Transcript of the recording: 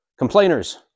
Complainers